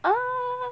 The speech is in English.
ah